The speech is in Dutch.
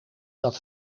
dat